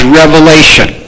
revelation